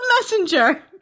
Messenger